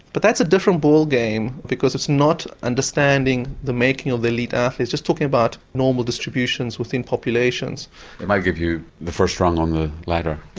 but that's a different ball game because it's not understanding the making of elite athletes just talking about normal distributions within populations. it might give you the first rung on the ladder.